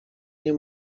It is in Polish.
nie